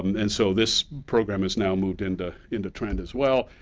and so this program is now moved into into trnd as well.